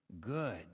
good